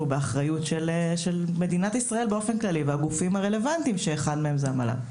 באחריות מדינות ישראל והגופים הרלוונטיים שאחד מהם הוא המל"ג.